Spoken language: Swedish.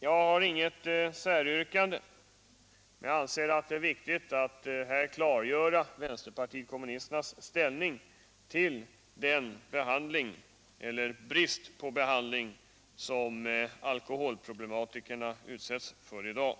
Jag har inget säryrkande, men jag har ansett det vara viktigt att här klargöra vänsterpartiet kommunisternas inställning till den behandling — eller rättare sagt brist på behandling — avseende alkoholproblematikerna som i dag föreligger.